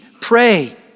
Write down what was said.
pray